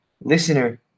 listener